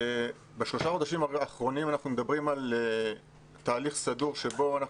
בשלושה החודשים האחרונים אנחנו מדברים על תהליך סדור שבו אנחנו